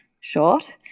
short